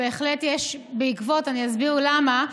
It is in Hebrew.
אסביר למה.